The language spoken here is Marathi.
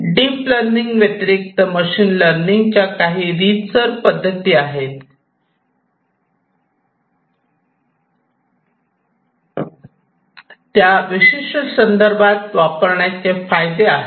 डीप लर्निंग व्यतिरिक्त मशीन लर्निंग च्या काही रितसर पद्धती आहेत त्या विशिष्ट संदर्भात वापरण्याचे फायदे आहेत